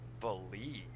believe